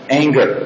anger